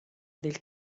del